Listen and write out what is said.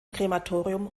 krematorium